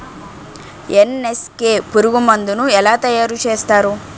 NSK పురుగు మందు ను ఎలా తయారు చేస్తారు?